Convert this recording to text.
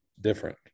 different